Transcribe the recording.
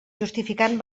justificant